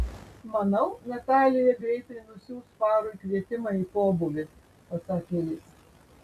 manau natalija greitai nusiųs farui kvietimą į pobūvį pasakė jis